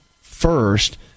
first